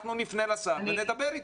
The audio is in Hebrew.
אנחנו נפנה לשר ונדבר איתו.